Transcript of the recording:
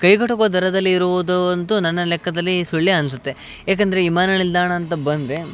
ಕೈಗೆಟುಕುವ ದರದಲ್ಲಿ ಇರುವುದು ಅಂತೂ ನನ್ನ ಲೆಕ್ಕದಲ್ಲಿ ಈ ಸುಳ್ಳೇ ಅನಿಸುತ್ತೆ ಯಾಕಂದರೆ ವಿಮಾನ ನಿಲ್ದಾಣ ಅಂತ ಬಂದರೆ